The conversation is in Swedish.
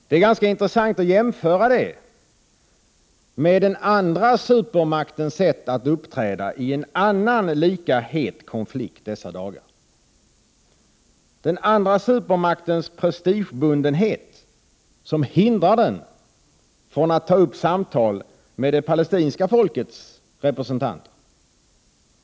Det är ganska intressant att jämföra detta med den andra supermaktens sätt att uppträda i en annan lika het konflikt dessa dagar, den andra supermaktens prestigebundenhet som hindrar den från att ta upp samtal med det palestinska folkets representant.